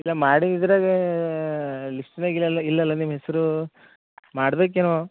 ಮಾಡಿದ ಇದ್ರಗಾ ಲಿಸ್ಟ್ದಾಗ ಇಲ್ಲಲ್ಲ ಇಲ್ಲಲ್ಲ ನಿಮ್ಮ ಹೆಸರು ಮಾಡ್ಬೇಕೆನೂ